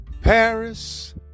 Paris